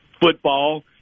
football